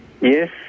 Yes